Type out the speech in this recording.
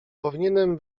powinienem